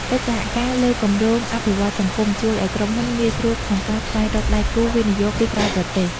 កិច្ចសហការលើគម្រោងអភិវឌ្ឍន៍សង្គម ជួយឱ្យក្រុមហ៊ុនងាយស្រួលក្នុងការស្វែងរកដៃគូវិនិយោគពីក្រៅប្រទេស។